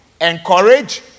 encourage